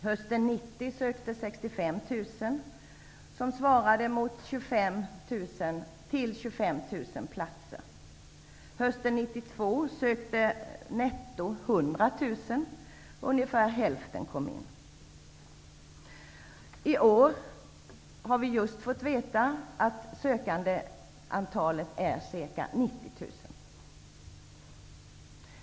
Hösten 1990 sökte 65 000 till 25 000 platser. Hösten 1992 sökte netto 100 000, och ungefär hälften kom in. Vi har just fått veta att antalet sökande i år är ca 90 000.